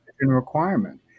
requirement